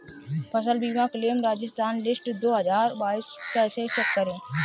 फसल बीमा claim Rajasthan list दो हज़ार बाईस कैसे चेक करें?